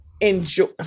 enjoy